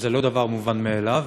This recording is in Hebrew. זה לא דבר מובן מאליו,